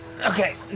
Okay